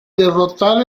derrotar